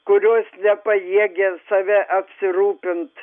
kurios nepajėgia save apsirūpint